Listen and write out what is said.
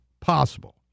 possible